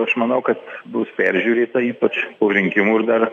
aš manau kad bus peržiūrėta ypač po rinkimų ir dar